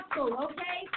okay